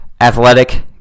athletic